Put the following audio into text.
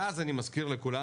ואז אני מזכיר לכולם,